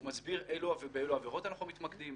הוא מסביר באילו עבירות אנחנו מתמקדים,